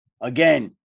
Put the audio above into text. again